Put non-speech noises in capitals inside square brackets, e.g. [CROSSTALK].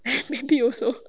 [LAUGHS] maybe also